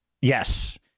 Yes